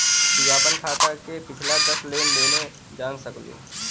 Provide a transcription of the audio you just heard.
तू आपन खाते क पिछला दस लेन देनो जान सकलू